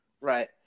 right